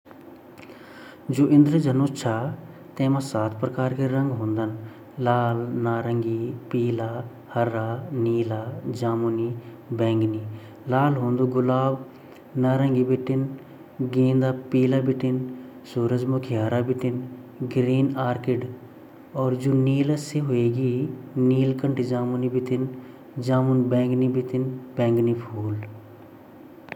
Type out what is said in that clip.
जु इंदरधनस ची वेमे सात रंग वोन ता सात रंगा हिसाब से मै योक फूल कन के बातोल मेते ता यान ज़यादा क्वे फूल नी बाते सकूं मि पर हमा यख जन बुराँस ची बुराँसा फूल भी माथि बाटिन लाल अर सफ़ेद मूडी बाटिन वेगा पत्ता जु ची हरया छिन वेगि जु टहनी ची उ भूरी ची या जु गुलाबो फूल ची गुलाबो फूल भी यानि वन आ हमा गेंदों फूल ची ऊ पीलू वे जान, फूलू ता मै ज़्यादा रंग नई पता पर यु ता वोने ची।